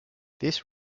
this